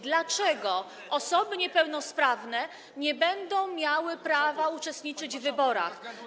dlaczego osoby niepełnosprawne nie będą miały prawa uczestniczyć w wyborach.